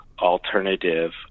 alternative